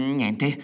niente